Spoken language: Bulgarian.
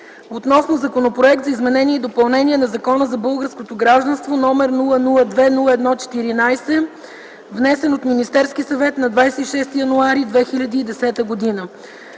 относно Законопроект за изменение и допълнение на Закона за българското гражданство, № 002-01-14, внесен от Министерския съвет на 26 януари 2010 г.